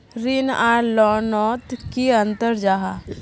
ऋण आर लोन नोत की अंतर जाहा?